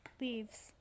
leaves